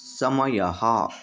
समयः